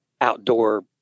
outdoor